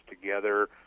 together